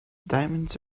diamonds